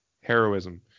heroism